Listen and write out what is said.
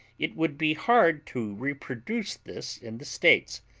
it would be hard to reproduce this in the states.